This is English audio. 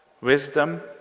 wisdom